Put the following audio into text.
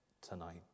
tonight